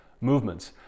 movements